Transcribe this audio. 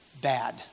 bad